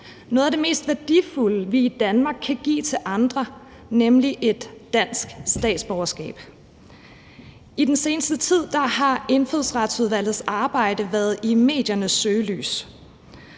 noget af det mest værdifulde, vi i Danmark kan give til andre, nemlig et dansk statsborgerskab. I den seneste tid har Indfødsretsudvalgets arbejde været i mediernes søgelys,